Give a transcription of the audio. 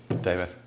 David